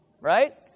right